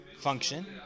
function